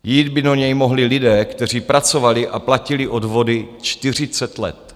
Jít by do něj mohli lidé, kteří pracovali a platili odvody 40 let.